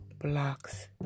Block's